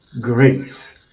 grace